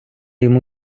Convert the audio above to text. йому